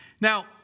Now